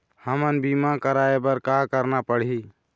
हमन बीमा कराये बर का करना पड़ही?